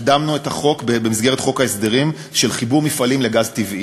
קידמנו את החוק במסגרת חוק ההסדרים של חיבור מפעלים לגז טבעי.